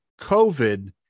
COVID